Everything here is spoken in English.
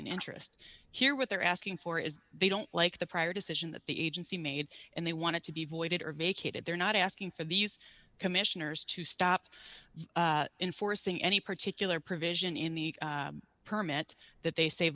in interest here what they're asking for is they don't like the prior decision that the agency made and they want to be voided or vacated they're not asking for these commissioners to stop enforcing any particular provision in the permit that they say